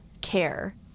care